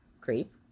Creep